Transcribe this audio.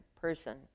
person